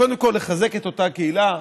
קודם כול לחזק את אותה קהילה,